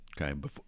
Okay